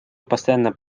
постоянно